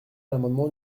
l’amendement